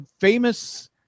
famous